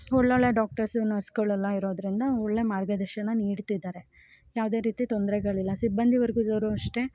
ಒಳ್ಳೊಳ್ಳೆ ಡಾಕ್ಟರ್ಸ್ ನರ್ಸ್ಗಳೆಲ್ಲ ಇರೋದರಿಂದ ಒಳ್ಳೆ ಮಾರ್ಗದರ್ಶನ ನೀಡ್ತಿದ್ದಾರೆ ಯಾವುದೇ ರೀತಿ ತೊಂದರೆಗಳಿಲ್ಲ ಸಿಬ್ಬಂದಿ ವರ್ಗದವರು ಅಷ್ಟೇ